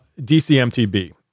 dcmtb